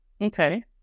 Okay